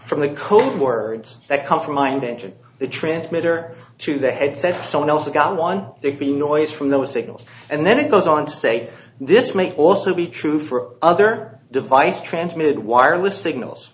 from the code words that come from mind enter the transmitter to the headset someone else got one big the noise from those signals and then it goes on to say this may also be true for other device transmitted wireless signals